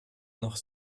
noch